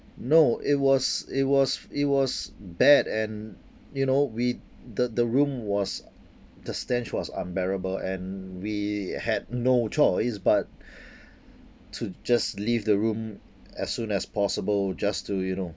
no it was it was it was bad and you know we the the room was the stench was unbearable and we had no choice but to just leave the room as soon as possible just to you know